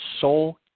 Soul